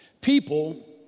People